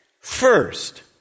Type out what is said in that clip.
first